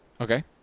Okay